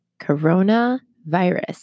Coronavirus